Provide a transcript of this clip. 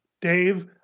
Dave